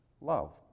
love